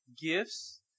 gifts